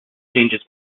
changes